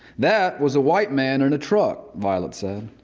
that was a white man in a truck, violet said.